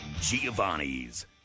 Giovanni's